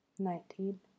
Nineteen